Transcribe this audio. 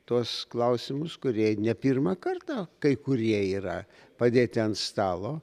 tuos klausimus kurie ne pirmą kartą kai kurie yra padėti ant stalo